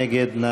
מי נגד?